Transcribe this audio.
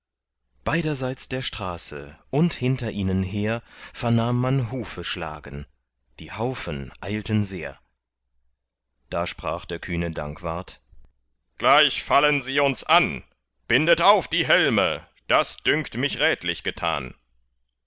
beiderseits der straße und hinter ihnen her vernahm man hufe schlagen die haufen eilten sehr da sprach der kühne dankwart gleich fallen sie uns an bindet auf die helme das dünkt mich rätlich getan